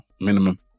minimum